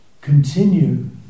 continue